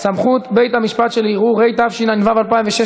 אינה נוכחת.